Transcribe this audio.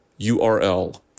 URL